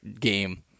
game